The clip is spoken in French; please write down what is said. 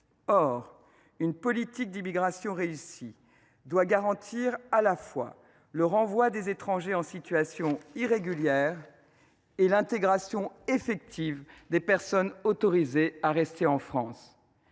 Or une politique d’immigration réussie doit garantir à la fois le renvoi des étrangers en situation irrégulière et l’intégration effective des personnes autorisées à rester en France.